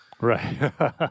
Right